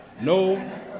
No